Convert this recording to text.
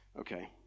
Okay